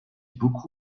beaucoup